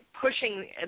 pushing